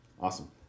Awesome